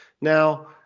Now